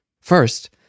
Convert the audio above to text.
First